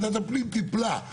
ועדת הפנים טיפלה.